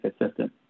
assistant